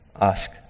ask